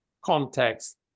context